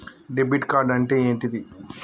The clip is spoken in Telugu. డెబిట్ కార్డ్ అంటే ఏంటిది?